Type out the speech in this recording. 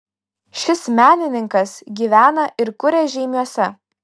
šis menininkas gyvena ir kuria žeimiuose